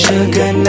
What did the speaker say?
Sugar